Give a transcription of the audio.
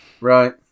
Right